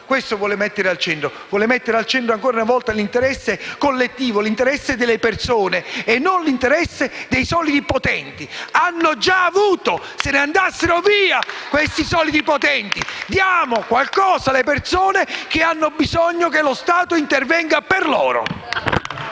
volta vuole mettere al centro proprio questo: vuole mettere al centro l'interesse collettivo, l'interesse delle persone e non l'interesse dei soliti potenti. Hanno già avuto, se ne vadano via questi soliti potenti. Diamo qualcosa alle persone che hanno bisogno che lo Stato intervenga per loro!